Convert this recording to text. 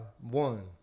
one